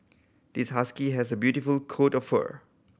this husky has a beautiful coat of fur